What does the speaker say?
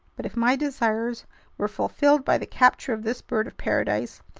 but if my desires were fulfilled by the capture of this bird of paradise,